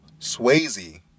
Swayze